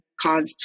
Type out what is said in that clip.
caused